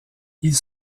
ils